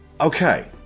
Okay